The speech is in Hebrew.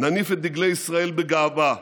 נניף את דגלי ישראל בגאווה.